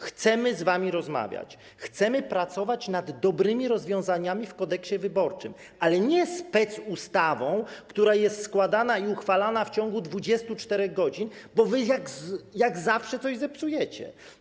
Chcemy z wami rozmawiać, chcemy pracować nad dobrymi rozwiązaniami w Kodeksie wyborczym, ale nie specustawą, która jest składana i uchwalana w ciągu 24 godzin, bo wy jak zawsze coś zepsujecie.